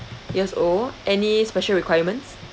years old any special requirements